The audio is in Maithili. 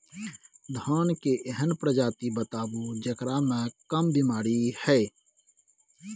धान के एहन प्रजाति बताबू जेकरा मे कम बीमारी हैय?